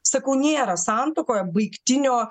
sakau nėra santuokoje baigtinio